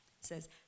says